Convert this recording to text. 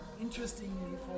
Interestingly